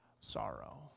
sorrow